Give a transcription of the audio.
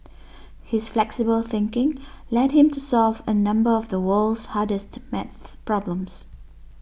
his flexible thinking led him to solve a number of the world's hardest maths problems